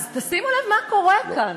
אז תשימו לב מה קורה כאן: